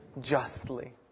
justly